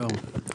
ליאור לוי.